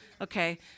Okay